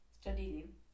studying